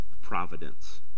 providence